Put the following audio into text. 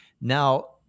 Now